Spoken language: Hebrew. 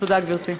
תודה, גברתי.